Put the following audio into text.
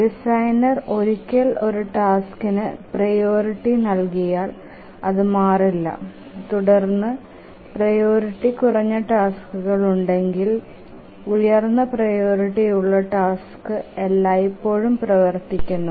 designer ഒരിക്കൽ ഒരു ടാസ്ക്കിന് പ്രിയോറിറ്റി നൽകിയാൽ അത് മാറില്ല തുടർന്ന് പ്രിയോറിറ്റി കുറഞ്ഞ ടാസ്ക്കുകൾ ഉണ്ടെങ്കിലും ഉയർന്ന പ്രിയോറിറ്റിയുള്ള ടാസ്ക് എല്ലായ്പ്പോഴും പ്രവർത്തിക്കുന്നു